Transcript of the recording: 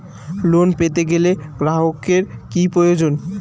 Loan পেতে গেলে গ্রাহকের কি প্রয়োজন?